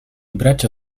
bracia